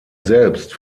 selbst